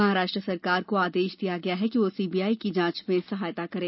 महाराष्ट्र सरकार को आदेश दिया गया है कि वह सीबीआई की जांच में सहायता करें